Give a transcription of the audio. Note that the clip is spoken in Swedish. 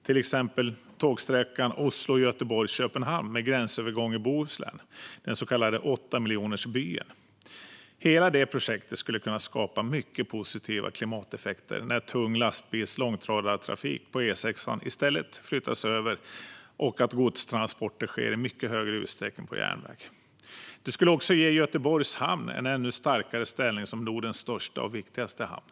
Ett exempel är tågsträckan Oslo-Göteborg-Köpenhamn med gränsövergång i Bohuslän, den så kallade åttamiljonersbyen. Hela det projektet skulle kunna skapa mycket positiva klimateffekter när tung lastbils och långtradartrafik på E6:an i stället flyttas över så att godstransporter i mycket större utsträckning sker på järnväg. Det skulle också ge Göteborgs hamn en ännu starkare ställning som Nordens största och viktigaste hamn.